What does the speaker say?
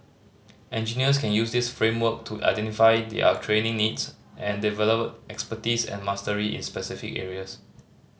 engineers can use this framework to identify their training needs and develop expertise and mastery in specific areas